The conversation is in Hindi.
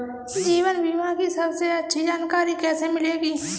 जीवन बीमा की सबसे अच्छी जानकारी कैसे मिलेगी?